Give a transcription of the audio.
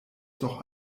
doch